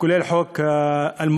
כולל חוק אל-מואזין,